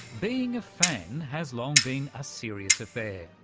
being a fan has long been a serious affair,